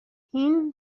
این